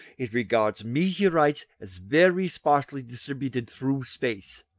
it regards meteorites as very sparsely distributed through space,